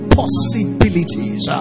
possibilities